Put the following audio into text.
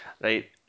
Right